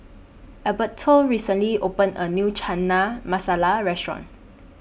Alberto recently opened A New Chana Masala Restaurant